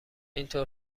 اینطور